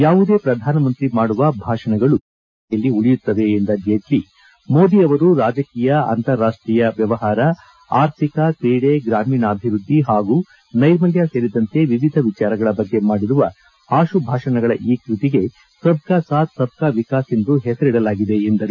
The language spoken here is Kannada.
ಯಾವುದೇ ಪ್ರಧಾನಮಂತ್ರಿ ಮಾಡುವ ಭಾಷಣಗಳು ಇತಿಹಾಸ ದಾಖಲೆಯಲ್ಲಿ ಉಳಿಯುತ್ತವೆ ಎಂದ ಜೇಟ್ಲಿ ಮೋದಿ ಅವರು ರಾಜಕೀಯ ಅಂತಾರಾಷ್ಟೀಯ ವ್ಯವಹಾರ ಆರ್ಥಿಕ ಕ್ರೀಡೆ ಗ್ರಾಮೀಣಾಭಿವೃದ್ಧಿ ಹಾಗೂ ನೈರ್ಮಲ್ಯ ಸೇರಿದಂತೆ ವಿವಿಧ ವಿಚಾರಗಳ ಬಗ್ಗೆ ಮಾಡಿರುವ ಆಶು ಭಾಷಣಗಳ ಈ ಕೃತಿಗೆ ಸಬ್ ಕಾ ಸಾಥ್ ಸಬ್ ಕಾ ವಿಕಾಸ್ ಎಂದು ಹೆಸರಿಡಲಾಗಿದೆ ಎಂದರು